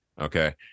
Okay